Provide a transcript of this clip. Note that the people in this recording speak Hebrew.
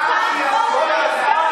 איימו על התינוקת שלה,